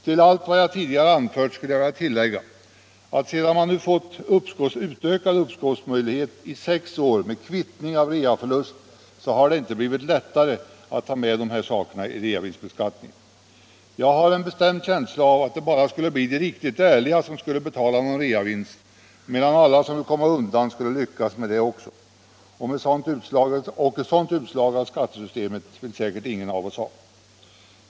Till allt vad jag tidigare anfört skulle jag vilja tillägga att sedan man nu fått utökad uppskovsmöjlighet i sex år med kvittning av reaförlust har det inte blivit lättare att ta med de här sakerna i reavinstbeskattningen. Jag har en bestämd känsla av att det bara skulle bli de riktigt ärliga som skulle betala någon reavinstskatt, medan alla som ville komma undan skulle lyckas med det. Ett sådant utslag av skattesystemet vill säkert ingen av oss ha.